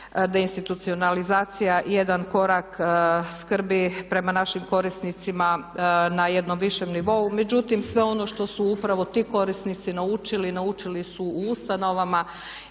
deinstitucionalizacija jedan korak skrbi prema našim korisnicima na jednom višem nivou međutim sve ono što su upravo ti korisnici naučili, naučili su u ustanovama.